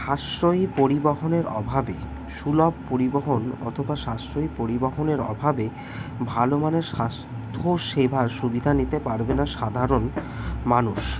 সাশ্রয়ী পরিবহনের অভাবে সুলভ পরিবহন অথবা সাশ্রয়ী পরিবহনের অভাবে ভালো মানের স্বাস্থ্য সেভার সুবিধা নিতে পারবে না সাধারণ মানুষ